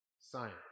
science